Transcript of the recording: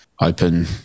open